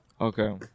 Okay